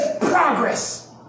progress